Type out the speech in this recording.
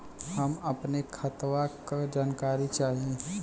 हम अपने खतवा क जानकारी चाही?